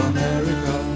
America